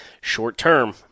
short-term